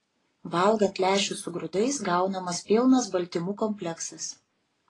valgant lęšius su grūdais gaunamas pilnas baltymų kompleksas